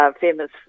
famous